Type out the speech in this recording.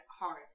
hard